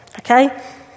Okay